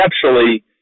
conceptually